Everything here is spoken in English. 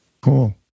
Cool